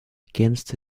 against